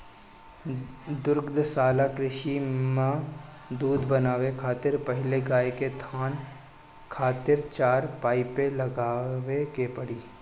दुग्धशाला कृषि में दूध बनावे खातिर पहिले गाय के थान खातिर चार पाइप लगावे के पड़ी